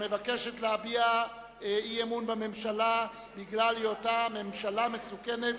המבקשת להביע אי-אמון בממשלה בגלל היותה ממשלה מסוכנת